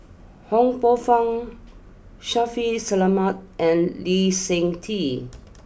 Ho Poh fun Shaffiq Selamat and Lee Seng Tee